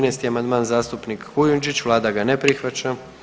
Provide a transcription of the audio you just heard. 13. amandman, zastupnik Kujundžić, Vlada ga ne prihvaća.